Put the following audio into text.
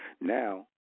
Now